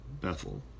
Bethel